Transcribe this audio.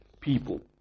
people